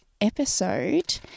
episode